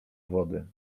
wody